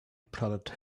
prodded